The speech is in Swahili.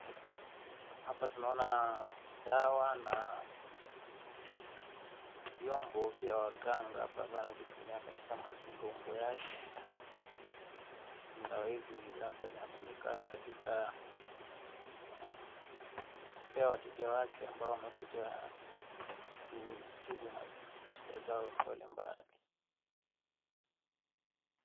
Hapa tunaona dawa na vyombo vya waganga ambavyo wanavyotunia katika mazingaombwe yake mda hizi zinatumika katika kupea wateja wake ambao wamekuja kutibu shida zao mbalimbali.